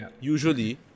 usually